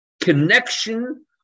connection